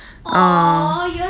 !aww!